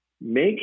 Make